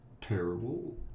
terrible